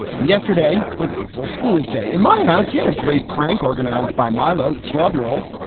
and yesterday was april fool's day in my house. we had a great prank organized by milo, the twelve year old.